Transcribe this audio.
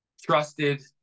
trusted